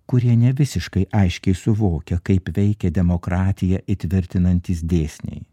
kurie ne visiškai aiškiai suvokia kaip veikia demokratiją įtvirtinantys dėsniai